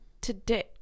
today